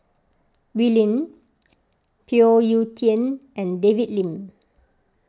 Wee Lin Phoon Yew Tien and David Lim